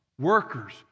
workers